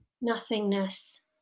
nothingness